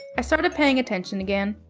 i started paying attention again,